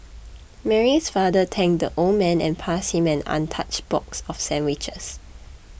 Mary's father thanked the old man and passed him an untouched box of sandwiches